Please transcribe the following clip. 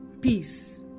peace